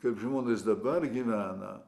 kaip žmonės dabar gyvena